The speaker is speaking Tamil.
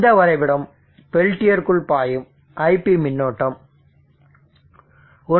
இந்த வரைபடம் பெல்டியருக்குள் பாயும் iP மின்னோட்டம் 1